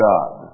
God